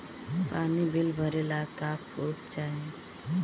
पानी बिल भरे ला का पुर्फ चाई?